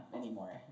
anymore